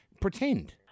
pretend